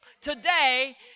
Today